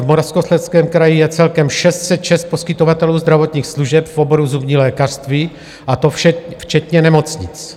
V Moravskoslezském kraji je celkem 606 poskytovatelů zdravotních služeb v oboru zubní lékařství, a to včetně nemocnic.